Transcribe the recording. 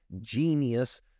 genius